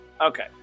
Okay